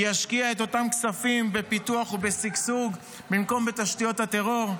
ישקיע את אותם כספים בפיתוח ובשגשוג במקום בתשתיות טרור?